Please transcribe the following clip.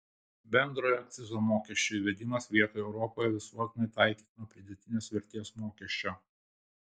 bendrojo akcizo mokesčio įvedimas vietoj europoje visuotinai taikyto pridėtinės vertės mokesčio